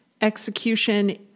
execution